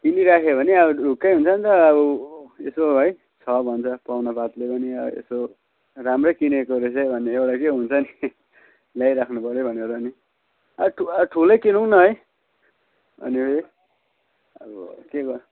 किनीराखेँ भने अब ढुक्कै हुन्छ नि त अब यसो है छ भन्छ पाहुना पातले पनि यसो राम्रै किनेको रहेछ है भन्ने एउटा चाहिँ हुन्छ नि ल्याइराख्नु पऱ्यो भनेर नि ठु ठुलै किनौँ न है अनि अब के ग